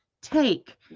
take